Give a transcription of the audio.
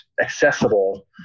accessible